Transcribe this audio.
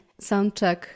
soundtrack